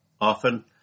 often